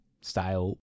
style